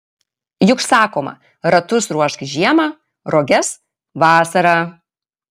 juk sakoma ratus ruošk žiemą roges vasarą